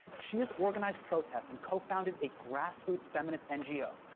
she has organized protests and co-founded a grassroots feminist ngo,